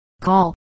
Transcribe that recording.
call